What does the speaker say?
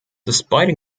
despite